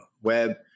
web